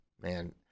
Man